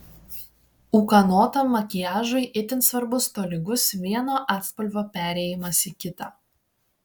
ūkanotam makiažui itin svarbus tolygus vieno atspalvio perėjimas į kitą